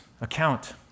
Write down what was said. account